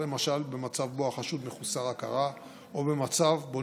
למשל במצב שבו החשוד מחוסר הכרה או במצב שבו